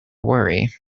worry